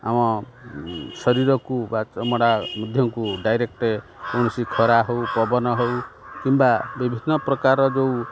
ଆମ ଶରୀରକୁ ବା ଚମଡ଼ା ମଧ୍ୟକୁ ଡାଇରେକ୍ଟ କୌଣସି ଖରା ହେଉ ପବନ ହେଉ କିମ୍ବା ବିଭିନ୍ନ ପ୍ରକାର ଯେଉଁ